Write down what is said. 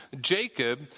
Jacob